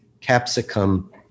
Capsicum